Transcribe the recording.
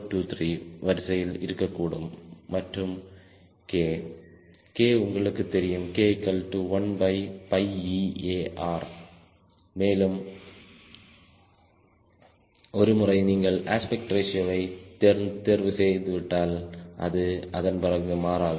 023 வரிசையில் இருக்கக்கூடும் மற்றும் K K உங்களுக்கு தெரியும் K1eAR ஒருமுறை நீங்கள் அஸ்பெக்ட் ரேஷியோவை தேர்வு செய்துவிட்டால் அது அதன்பிறகு மாறாது